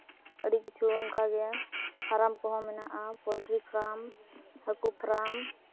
ᱟᱹᱰᱤ ᱠᱤᱪᱷᱩ ᱚᱱᱠᱟᱜᱮ ᱯᱷᱨᱟᱢ ᱠᱚᱦᱚᱸ ᱢᱮᱱᱟᱜᱼᱟ ᱯᱳᱞᱴᱨᱤ ᱯᱷᱟᱨᱢ ᱦᱟᱹᱠᱩ ᱯᱷᱨᱟᱢ